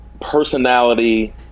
personality